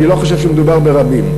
אני לא חושב שמדובר ברבים.